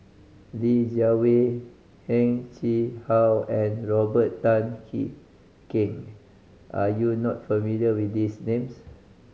Li Jiawei Heng Chee How and Robert Tan Jee Keng are you not familiar with these names